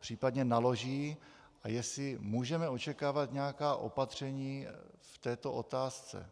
případně naloží, a jestli můžeme očekávat nějaká opatření v této otázce.